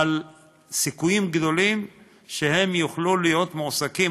אבל יש סיכויים גדולים שהם יוכלו להיות מועסקים.